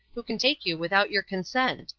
who can take you without your consent?